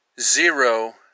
zero